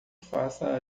faça